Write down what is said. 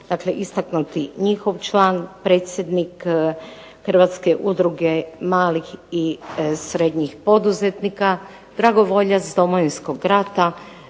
dakle istaknuti njihov član, predsjednik Hrvatske udruge malih i srednjih poduzetnika, dragovoljac Domovinskog rata,